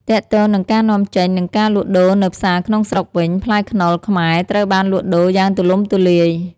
ទាក់ទងនឹងការនាំចេញនិងការលក់ដូរនៅផ្សារក្នុងស្រុកវិញ ផ្លែខ្នុរខ្មែរត្រូវបានលក់ដូរយ៉ាងទូលំទូលាយ។